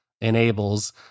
enables